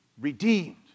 redeemed